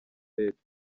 leta